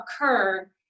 occur